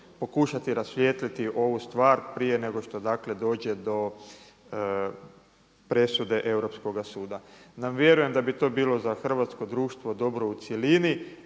pokušati rasvijetliti ovu stvar prije nego što dakle dođe do presude Europskoga suda. …/Govornik se ne razumije./… da bi do bilo za hrvatsko društvo dobro u cjelini,